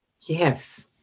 Yes